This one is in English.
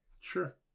Sure